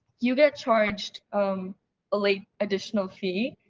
you get charged um a late additional fee.